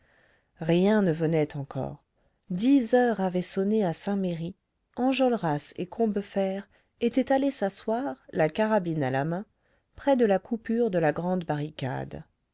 rien ne venait encore dix heures avaient sonné à saint-merry enjolras et combeferre étaient allés s'asseoir la carabine à la main près de la coupure de la grande barricade